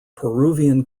peruvian